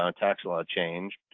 um tax law change.